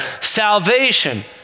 Salvation